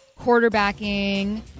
quarterbacking